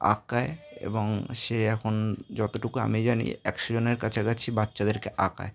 আঁকায় এবং সে এখন যতটুকু আমি জানি একশো জনের কাছাকাছি বাচ্চাদেরকে আঁকায়